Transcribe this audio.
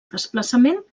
desplaçament